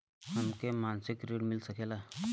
हमके मासिक ऋण मिल सकेला?